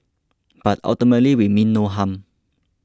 but ultimately we mean no harm